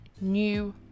new